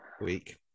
week